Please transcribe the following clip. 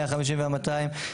150 וה-200,